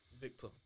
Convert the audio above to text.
Victor